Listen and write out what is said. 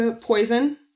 poison